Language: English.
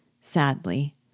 Sadly